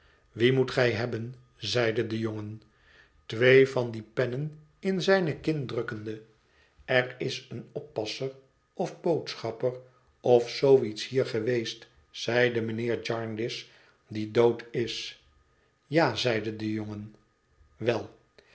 wien moet gij hebben zeide de jongen twee van die pennen in zijne kin drukkende er is een oppasser of boodschapper of zoo iets hier geweest zeide mijnheer jarndyce die dood is ja zeide de jongen wel